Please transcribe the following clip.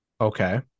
okay